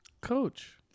Coach